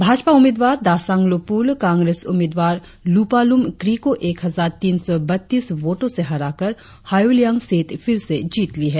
भाजपा उम्मीदवार दासांगलु पुल कांग्रेस उम्मीदवार लुपालुम क्री को एक हजार तीन सौ बत्तीस वोटों से हराकर हायुलियांग सीट फिर से जीत ली है